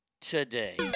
today